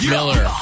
Miller